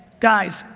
guys,